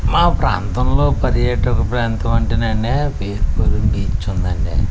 మా ప్రాంతంలో పర్యాటక ప్రాంతం అంటేనండి బీద్కూర్ బీచ్ ఉంది అండి